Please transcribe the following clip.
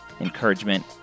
encouragement